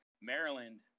Maryland